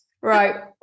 Right